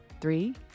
Three